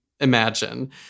Imagine